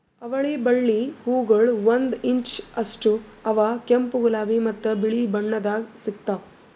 ಅವಳಿ ಬಳ್ಳಿ ಹೂಗೊಳ್ ಒಂದು ಇಂಚ್ ಅಷ್ಟು ಅವಾ ಕೆಂಪು, ಗುಲಾಬಿ ಮತ್ತ ಬಿಳಿ ಬಣ್ಣದಾಗ್ ಸಿಗ್ತಾವ್